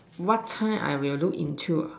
what time I will look into ah